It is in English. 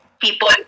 people